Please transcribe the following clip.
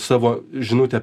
savo žinutę